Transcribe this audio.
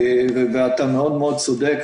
ואתה מאוד צודק,